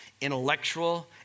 intellectual